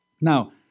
Now